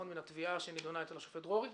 מהתביעה שנדונה אצל השופט דרורי?